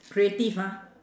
creative ah